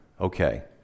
Okay